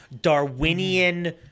Darwinian